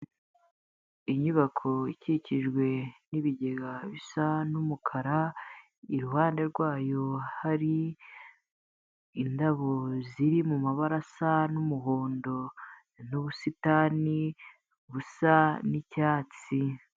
Inyubako ikikijwe n'ibigega bisa n'umukara, iruhande rwayo hari indabo ziri mu mabara asa n'umuhondo, n'ubusitani busa n'icyatsi.